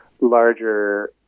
larger